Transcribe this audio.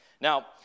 Now